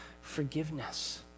forgiveness